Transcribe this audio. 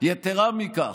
יתרה מכך,